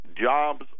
jobs